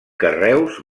carreus